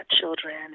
children